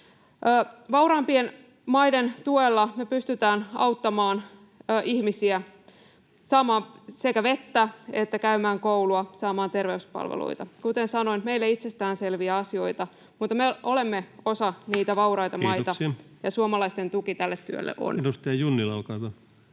Vauraampien maiden tuella me pystymme auttamaan ihmisiä sekä saamaan vettä että käymään koulua ja saamaan terveyspalveluita. Kuten sanoin: meille itsestään selviä asioita, mutta me olemme osa niitä vauraita maita, [Puhemies koputtaa —